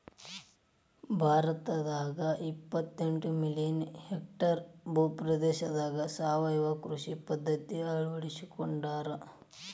ಭಾರತದಾಗ ಎಪ್ಪತೆಂಟ million hectare ಭೂ ಪ್ರದೇಶದಾಗ ಸಾವಯವ ಕೃಷಿ ಪದ್ಧತಿ ಅಳ್ವಡಿಸಿಕೊಂಡಾರ